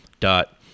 dot